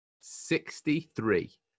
sixty-three